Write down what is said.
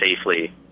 safely